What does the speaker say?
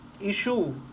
issue